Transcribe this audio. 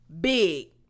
big